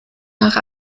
nach